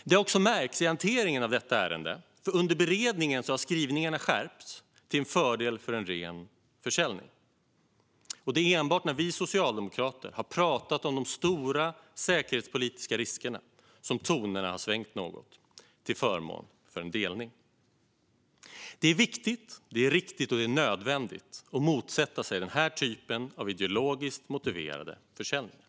Det har också märkts i hanteringen av detta ärende. Under beredningen har skrivningarna skärpts till fördel för en ren försäljning. Det är enbart när vi socialdemokrater har pratat om de stora säkerhetspolitiska riskerna som tonerna har svängt något till förmån för en delning. Det är viktigt, det är riktigt och det är nödvändigt att motsätta sig den här typen av ideologiskt motiverade försäljningar.